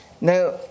Now